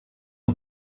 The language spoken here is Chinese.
名叫